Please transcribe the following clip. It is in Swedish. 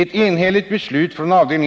Ett enhälligt beslut från avd.